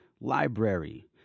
Library